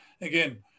again